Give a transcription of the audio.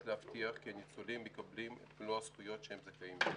להבטיח כי הניצולים מקבלים את מלוא הזכויות שהם זכאים להן.